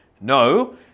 No